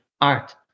art